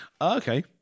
Okay